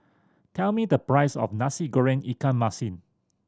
tell me the price of Nasi Goreng ikan masin